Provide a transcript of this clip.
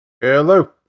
Hello